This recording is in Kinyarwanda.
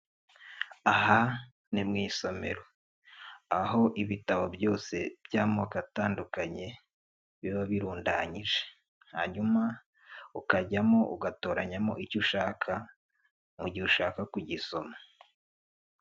Aha ni mu isomero. Aho ibitabo byose by'amoko atandukanye biba birundanyije. Hanyuma ukajyamo ugatoranyamo icyo ushaka, mu gihe ushaka kugisoma.